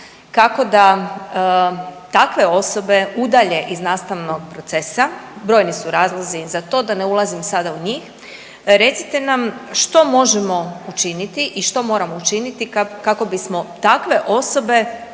kako da takve osobe udalje iz nastavnog procesa, brojni su razlozi za to da ne ulazim sada u njih. Recite nam što možemo učiniti i što moramo učiniti kako bismo takve osobe